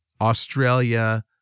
Australia